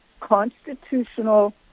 constitutional